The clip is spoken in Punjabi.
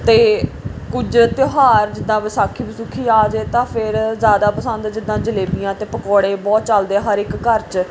ਅਤੇ ਕੁਝ ਤਿਉਹਾਰ ਜਿੱਦਾਂ ਵਿਸਾਖੀ ਵਸੁਖੀ ਆ ਜਾਵੇ ਤਾਂ ਫਿਰ ਜ਼ਿਆਦਾ ਪਸੰਦ ਜਿੱਦਾਂ ਜਲੇਬੀਆਂ ਅਤੇ ਪਕੌੜੇ ਬਹੁਤ ਚੱਲਦੇ ਆ ਹਰ ਇੱਕ ਘਰ 'ਚ